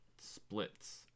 splits